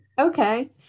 Okay